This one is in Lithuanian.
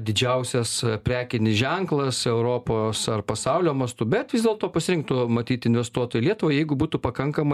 didžiausias prekinis ženklas europos ar pasaulio mastu bet vis dėlto pasirinktų matyt investuot į lietuvą jeigu būtų pakankamai